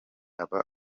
aba